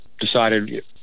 decided